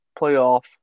playoff